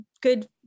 good